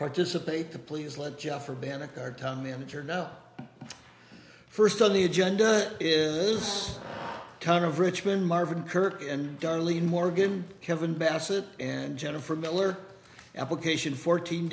participate to please let jeff or banach our town manager now first on the agenda is kind of richmond marvin kirk and darlene morgan kevin bassett and jennifer miller application fourteen